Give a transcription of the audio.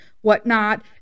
whatnot